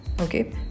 okay